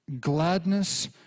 gladness